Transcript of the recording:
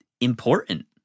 important